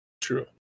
true